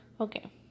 Okay